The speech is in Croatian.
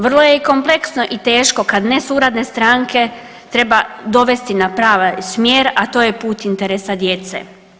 Vrlo je kompleksno i teško kad nesuradne stranke treba dovesti na pravi smjer, a to je put interesa djece.